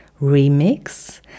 remix